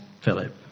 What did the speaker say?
Philip